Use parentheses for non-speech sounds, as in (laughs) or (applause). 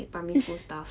(laughs)